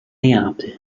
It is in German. neapel